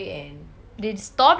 they stopped macdonald